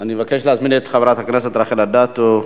אני מבקש להזמין את חברת הכנסת רחל אדטו,